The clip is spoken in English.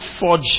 forge